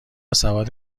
سواد